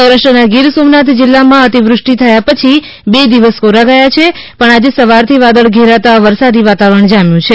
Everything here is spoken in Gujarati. સૌરાષ્ટ્રના ગીર સોમનાથ જિલ્લામાં અતિ વૃષ્ટિ થયા પછી બે દિવસ કોરા ગયા છે પણ આજે સવારથી વાદળ ઘેરાતા વરસાદી વાતાવરણ જામ્યું છે